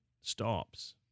stops